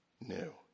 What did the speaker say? new